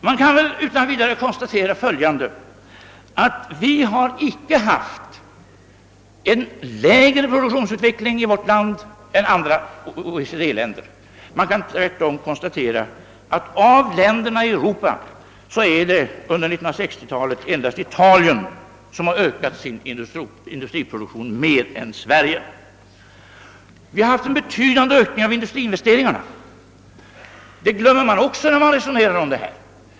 Man kan väl utan vidare konstatera, att vi icke har haft en lägre produktionsutveckling i vårt land än vad man haft i andra OECD-länder. Man kan tvärtom konstatera, att av länderna i Europa är det under 1960-talet endast Italien som har ökat sin industriproduktion mera än Sverige. Vi har haft en betydande ökning av industriinvesteringarna — det glömmer man också, när man resonerar om dessa saker.